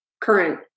current